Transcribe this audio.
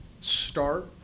start